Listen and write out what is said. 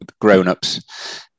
grownups